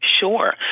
Sure